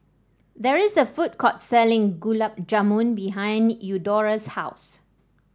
there is a food court selling Gulab Jamun behind Eudora's house